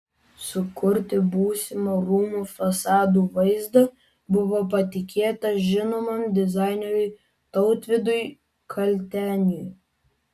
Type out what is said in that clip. sukurti būsimą rūmų fasadų vaizdą buvo patikėta žinomam dizaineriui tautvydui kalteniui